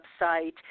website